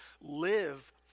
live